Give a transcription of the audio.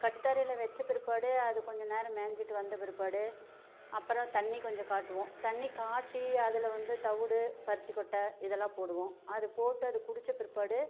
கட்டுத்தரையில் வச்ச பிற்பாடு அது கொஞ்ச நேரம் மேய்ஞ்சிட்டு வந்த பிற்பாடு அப்புறம் தண்ணி கொஞ்சம் காட்டுவோம் தண்ணி காட்டி அதில் வந்து தவிடு பருத்திக்கொட்டை இதெல்லாம் போடுவோம் அது போட்டு அது குடித்த பிற்பாடு